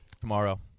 Tomorrow